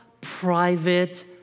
private